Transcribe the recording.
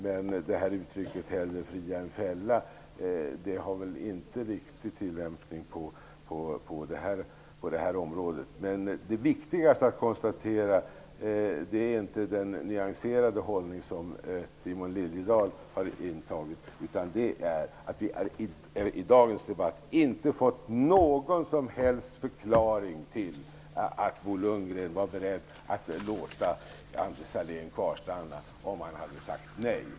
Men uttrycket att hellre fria än fälla har inte riktigt tillämpning på området. Det viktigaste att konstatera är inte den nyanserade hållning som Simon Liliedahl har intagit utan det är att i dagens debatt har det inte kommit någon som helst förklaring till varför att Bo Lundgren var beredd att låta Anders Sahlén stanna kvar om han hade tackat nej.